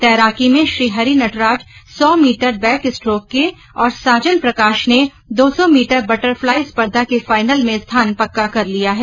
तैराकी में श्री हरि नटराज सौ मीटर बैकस्ट्रोक के और साजन प्रकाश ने दो सौ मीटर बटरफ्लाई स्पर्धा के फाइनल में स्थान पक्का कर लिया है